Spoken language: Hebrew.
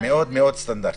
מאוד, מאוד סטנדרטים.